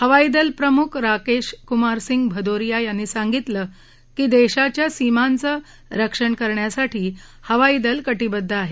हवाईदलप्रमुख राकेश कुमार सिंग भदोरिया यांनी सांगितलं की देशाच्या सीमांचं आणि रक्षण करण्यासाठी हवाईदल कटिबद्ध आहे